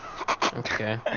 Okay